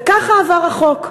וככה עבר החוק.